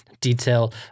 detail